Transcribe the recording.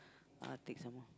ah take some more